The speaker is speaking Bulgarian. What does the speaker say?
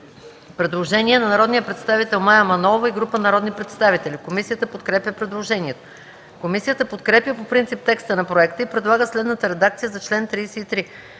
предложение на народния представител Мая Манолова и група народни представители. Комисията подкрепя предложението. Комисията подкрепя по принцип текста на проекта и предлага следната редакция на чл.